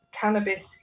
cannabis